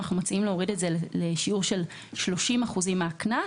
אנחנו מציעים להוריד את זה לשיעור של 30% מהקנס,